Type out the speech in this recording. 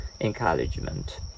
encouragement